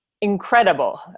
incredible